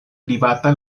privata